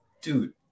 Dude